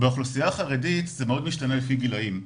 באוכלוסייה החרדית זה משתנה מאוד לפי גילאים.